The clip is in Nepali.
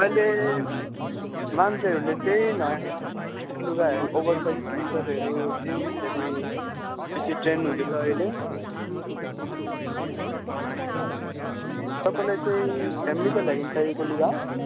अहिले मान्छेहरूले चाहिँ नयाँ नयाँ लुगाहरू ओभर साइज टिसर्टहरू जिन्सहरू बेसी ट्रेन्ड हुँदैछ अहिले तपाईँलाई चाहिँ फेमिलीको लागि चाहिएको लुगा हो